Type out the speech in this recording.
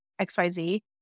XYZ